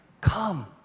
Come